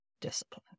discipline